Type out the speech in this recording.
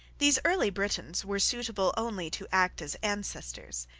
these early britons were suitable only to act as ancestors.